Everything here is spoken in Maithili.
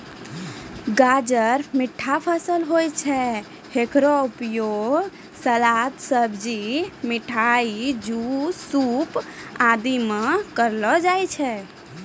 गाजर मीठा फसल होय छै, हेकरो उपयोग सलाद, सब्जी, मिठाई, जूस, सूप आदि मॅ करलो जाय छै